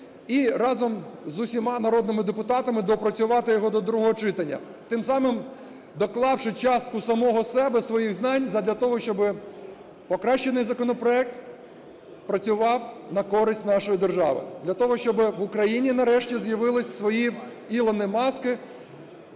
і разом з усіма народними депутатами доопрацювати його до другого читання, тим самим доклавши частку самого себе, своїх знань задля того, щоб покращений законопроект працював на користь нашої держави, для того щоб в Україні нарешті з'явились свої Ілони Маски